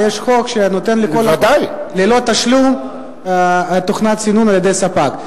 ויש חוק שנותן לכל אחד ללא תשלום תוכנת סינון על-ידי ספק.